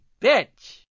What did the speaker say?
bitch